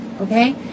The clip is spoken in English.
okay